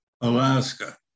Alaska